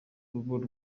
rugo